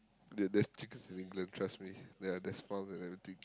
there there's chicken from England trust me yeah best farm and everything